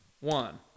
One